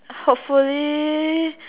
hopefully